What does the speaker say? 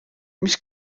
mis